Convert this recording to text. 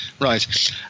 right